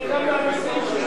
גם שלי, זה גם מהמסים שלי.